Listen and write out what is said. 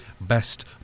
best